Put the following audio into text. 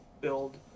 build